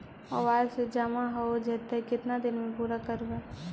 Mobile से जामा हो जैतय, केतना दिन में पुरा करबैय?